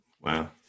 Wow